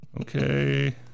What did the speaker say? Okay